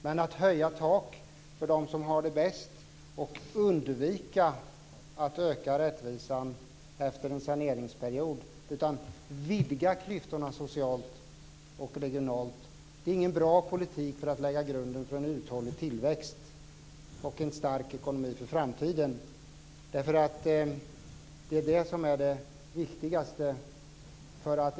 Men att höja tak för de som har det bäst och att undvika att öka rättvisan efter en saneringsperiod utan vidga klyftorna socialt och regionalt är ingen bra politik för att lägga grunden för en uthållig tillväxt och en stark ekonomi för framtiden. Det är det som är det viktigaste.